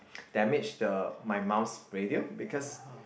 damage the my mum's radio because